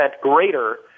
greater